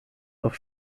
auf